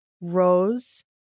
Rose